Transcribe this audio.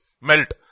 melt